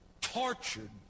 tortured